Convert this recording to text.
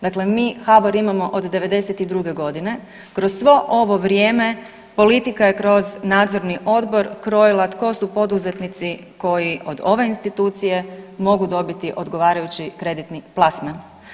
Dakle, mi HBOR imamo od '92.g., kroz svo ovo vrijeme politika je kroz nadzorni odbor krojila tko su poduzetnici koji od ove institucije mogu dobiti odgovarajući kreditni plasman.